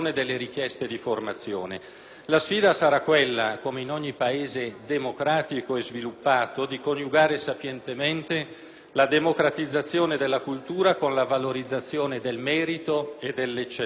La sfida sarà quella, come in ogni Paese democratico e sviluppato, di coniugare sapientemente la democratizzazione della cultura con la valorizzazione del merito e dell'eccellenza; ma